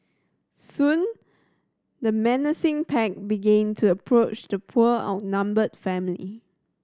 soon the menacing pack began to approach the poor outnumbered family